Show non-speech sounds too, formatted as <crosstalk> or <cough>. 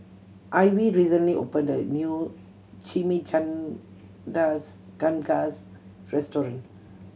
Ivey recently opened a new Chimichangas <unintelligible> restaurant